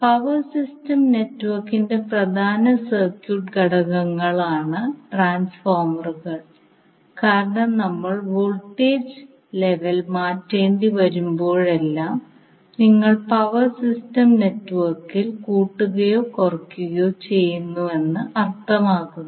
power system നെറ്റ്വർക്കിന്റെ പ്രധാന circuit ഘടകങ്ങളാണ് ട്രാൻസ്ഫോർമറുകൾ കാരണം നമ്മൾ വോൾട്ടേജ് ലെവൽ മാറ്റേണ്ടി വരുമ്പോഴെല്ലാം നിങ്ങൾ പവർ സിസ്റ്റം നെറ്റ്വർക്കിൽ കൂട്ടുകയോ കുറയ്ക്കുകയോ ചെയ്യുന്നുവെന്ന് അർത്ഥമാക്കുന്നു